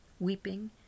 weeping